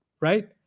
Right